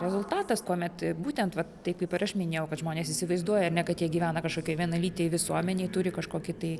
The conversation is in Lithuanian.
rezultatas kuomet būtent va taip kaip ir aš minėjau kad žmonės įsivaizduoja ar ne kad jie gyvena kažkokioje vienalytėj visuomenėj turi kažkokį tai